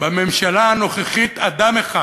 בממשלה הנוכחית, אדם אחד